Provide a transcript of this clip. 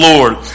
Lord